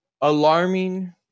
alarming –